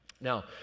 Now